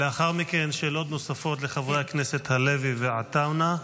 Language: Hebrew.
לאחר מכן שאלות נוספות לחברי הכנסת הלוי ועטאונה,